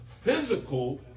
physical